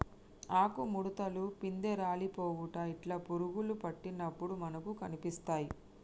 ఆకు ముడుతలు, పిందె రాలిపోవుట ఇట్లా పురుగులు పట్టినప్పుడు మనకు కనిపిస్తాయ్